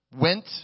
went